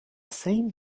same